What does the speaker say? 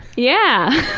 yeah.